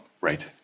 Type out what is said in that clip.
Right